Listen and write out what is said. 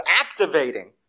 activating